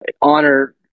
honor